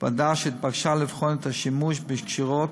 ועדה שהתבקשה לבחון את השימוש בקשירות